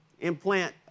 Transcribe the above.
implant